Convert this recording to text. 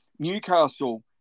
Newcastle